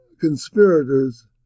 conspirators